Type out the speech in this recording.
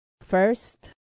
First